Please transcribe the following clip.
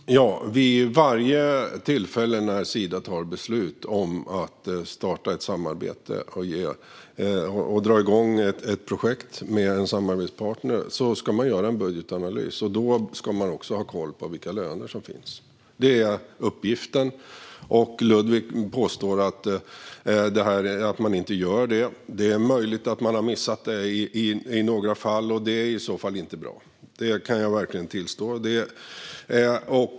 Fru talman! Vid varje tillfälle när Sida tar beslut om att starta ett samarbete och dra igång ett projekt med en samarbetspartner ska man göra en budgetanalys. Då ska man också ha koll på vilka löner som finns. Det är uppgiften. Ludvig påstår att man inte gör detta. Det är möjligt att man har missat det i några fall. Det är i så fall inte bra; det kan jag verkligen tillstå.